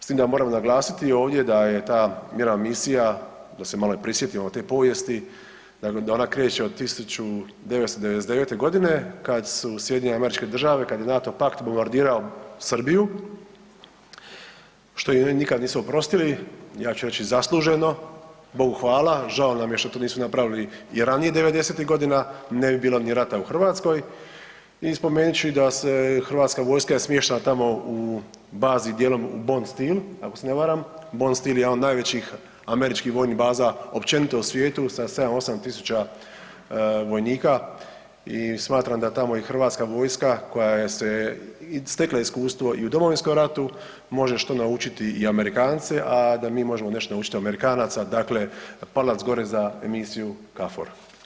S tim da moram naglasiti ovdje da je ta mirovna misija, da se malo prisjetimo te povijesti, da ona kreće od 1999. godine kada su SAD kada je NATO pakt bombardirao Srbiju što im oni nikad nisu oprostili, ja ću reći zasluženo Bogu hvala, žao nam je što to nisu napravili i ranije devedesetih godina, ne bi bilo ni rata u Hrvatskoj i spomenut ću da je i hrvatska vojska smještena tamo u bazi djelom u Bondsteel, bon Bondsteel je jedan od najvećih američkih vojnih baza općenito u svijetu sa 7, 8.000 vojnika i smatram da tamo i hrvatska vojska koja je stekla iskustvo i u Domovinskom ratu može što naučiti i Amerikance, a da mi možemo nešto naučiti od Amerikanaca, dakle palac gore za misiju KFOR.